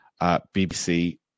BBC